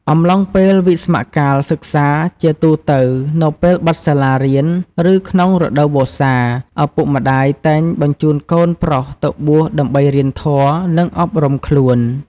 អំឡុងពេលវិស្សមកាលសិក្សា ជាទូទៅនៅពេលបិទសាលារៀន ឬក្នុងរដូវវស្សា ឪពុកម្ដាយតែងបញ្ជូនកូនប្រុសទៅបួសដើម្បីរៀនធម៌ និងអប់រំខ្លួន។